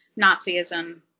Nazism